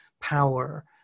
power